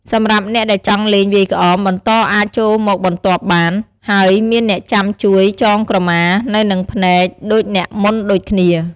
សម្រាប់អ្នកដែលចង់លេងវាយក្អមបន្តអាចចូលមកបន្ទាប់បាន ហើយមានអ្នកចាំជួយចងក្រមានៅនឹងភ្នែកដូចអ្នកមុនដូចគ្នា។